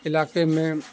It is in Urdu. علاقے میں